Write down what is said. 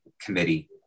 committee